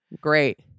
Great